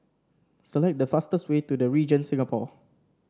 select the fastest way to The Regent Singapore